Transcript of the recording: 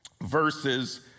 verses